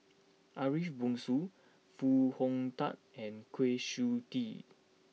Ariff Bongso Foo Hong Tatt and Kwa Siew Tee